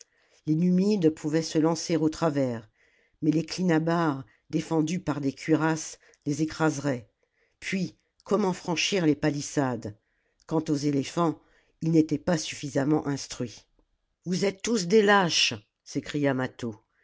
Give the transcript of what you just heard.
les numides pouvaient se lancer au travers mais les clinabares défendus par des cuirasses les écraseraient puis comment franchir les palissades quant aux éléphants ils n'étaient pas suffisamment instruits vous êtes tous des lâches s'écria mâtho